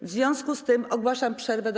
W związku z tym ogłaszam przerwę do